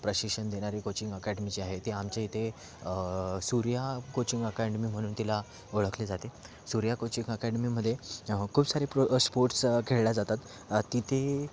प्रशिक्षण देणारी coaching academy जी आहे ती आमच्या इथे सूर्या कोचिंग अकॅडेमी म्हणून तिला ओळखले जाते सूर्या कोचिंग अकॅडेमीमध्ये खूप सारे प्र स्पोर्ट्स खेळले जातात तिथे